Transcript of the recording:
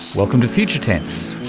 welcome to future tense.